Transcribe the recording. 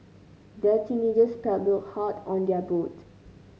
the teenagers paddled hard on their boat